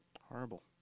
Horrible